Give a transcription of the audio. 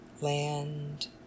land